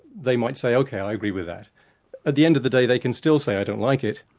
they might say, ok, i agree with that at the end of the day they can still say, i don't like it,